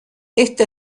esta